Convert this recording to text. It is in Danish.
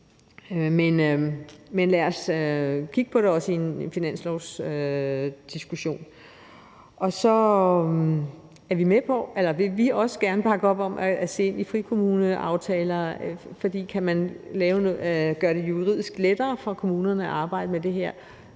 Men lad os kigge på det, også i en finanslovsdiskussion. Vi vil også gerne bakke op om at se ind i frikommuneaftaler, altså om man kan gøre det juridisk lettere for kommunerne at arbejde med det her,